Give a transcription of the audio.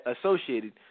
associated